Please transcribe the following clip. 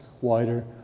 wider